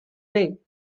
way